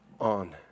on